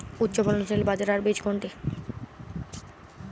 উচ্চফলনশীল বাজরার বীজ কোনটি?